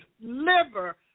liver